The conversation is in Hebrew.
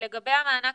לגבי המענק